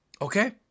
Okay